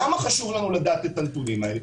למה חשוב לנו לדעת את הנתונים האלה?